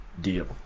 deal